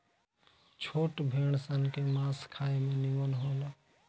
छोट भेड़ सन के मांस खाए में निमन होला